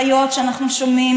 חיות שאנחנו שומעים,